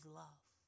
love